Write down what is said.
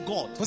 God